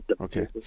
okay